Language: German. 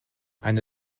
eine